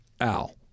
Al